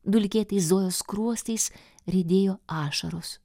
dulkėtais zojos skruostais riedėjo ašaros